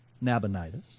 Nabonidus